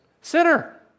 Sinner